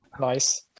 Nice